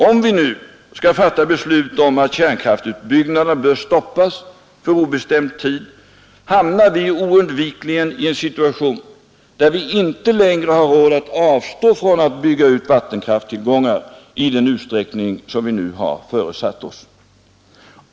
Om vi nu skulle fatta beslut om att stoppa kärnkraftsutbyggnaderna för obestämd tid hamnar vi oundvikligen i situationen, att vi inte längre har råd att avstå från att bygga ut vattenkraftstillgångar i den utsträckning som vi nu har föresatt oss.